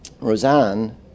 Roseanne